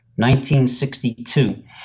1962